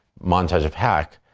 montage of heck,